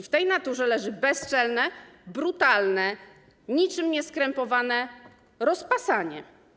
W tej naturze leży bezczelne, brutalne, niczym nieskrępowane rozpasanie.